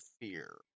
fear